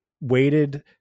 waited